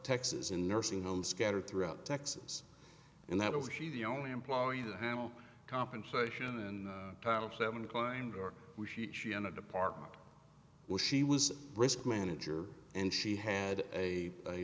texas and nursing homes scattered throughout texas and that was she the only employee to handle compensation and title seven client or department was she was a risk manager and she had a